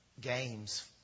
games